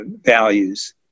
values